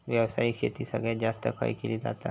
व्यावसायिक शेती सगळ्यात जास्त खय केली जाता?